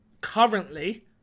currently